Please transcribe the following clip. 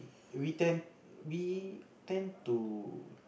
if we tend we tend to